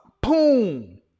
boom